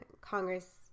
congress